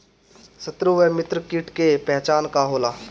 सत्रु व मित्र कीट के पहचान का होला?